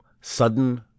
Sudden